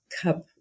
cup